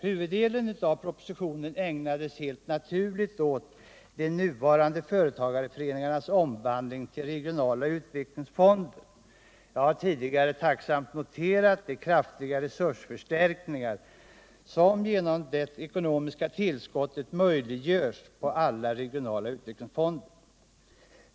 Huvuddelen av propositionen ägnades helt naturligt åt företagarföreningarnas omvandling till regionala utvecklingsfonder. Jag har tidigare tacksamt noterat de kraftiga resursförstärkningar som genom det ekonomiska tillskottet möjliggörs inom alla regionala utvecklingsfonder.